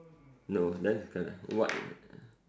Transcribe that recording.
no then the white uh